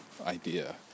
idea